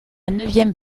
neuvième